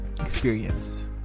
experience